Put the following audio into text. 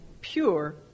pure